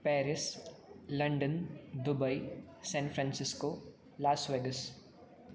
Paris London Dubai San Francisco Las Vegas